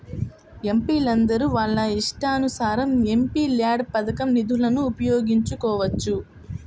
ఎంపీలందరూ వాళ్ళ ఇష్టానుసారం ఎంపీల్యాడ్స్ పథకం నిధులను ఉపయోగించుకోవచ్చు